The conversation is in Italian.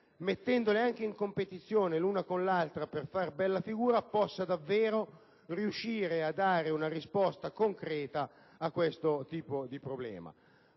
mettendole anche in competizione l'una con l'altra per fare bella figura, si possa davvero riuscire a dare una risposta concreta a questo tipo di problema.